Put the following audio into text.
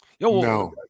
no